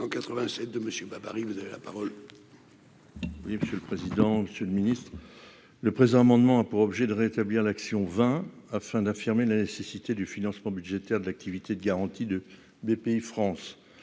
le présent amendement a pour objet de rétablir l'action vingt afin d'affirmer la nécessité du financement budgétaire de l'activité de garantie de BPI France